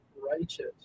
righteous